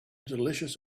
delicious